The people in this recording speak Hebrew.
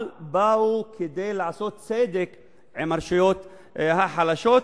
אבל באו כדי לעשות צדק עם הרשויות החלשות.